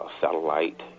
satellite